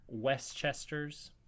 Westchesters